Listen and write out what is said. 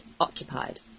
occupied